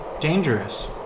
dangerous